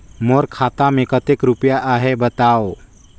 मोर खाता मे कतेक रुपिया आहे बताव?